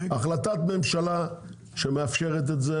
החלטת ממשלה שמאפשרת את זה,